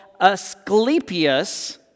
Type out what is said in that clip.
Asclepius